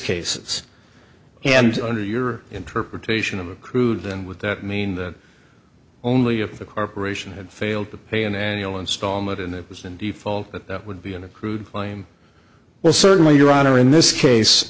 cases and under your interpretation of crude than would that mean that only of the corporation had failed to pay an annual installment and it was in default that would be in a crude claim well certainly your honor in this case